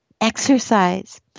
Exercise